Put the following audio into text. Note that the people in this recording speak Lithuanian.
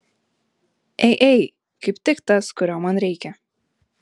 ei ei kaip tik tas kurio man reikia